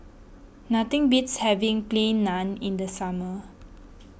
nothing beats having Plain Naan in the summer